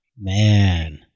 Man